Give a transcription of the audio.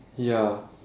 ya